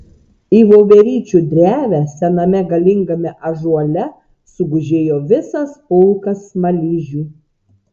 į voveryčių drevę sename galingame ąžuole sugužėjo visas pulkas smaližių